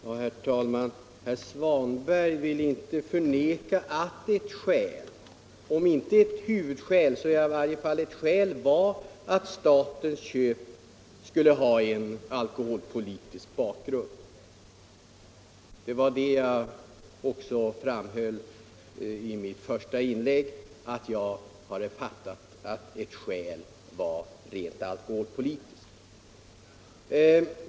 Herr talman! Herr Svanberg vill inte förneka att det fanns ett skäl — om än inte huvudskälet — för staten att köpa Pripps, dvs. en alkoholpolitisk bakgrund. Jag framhöll i mitt första inlägg att jag uppfattat ett av skälen som rent alkoholpolitiskt.